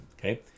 Okay